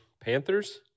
Panthers